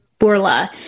Bourla